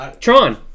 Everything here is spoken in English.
Tron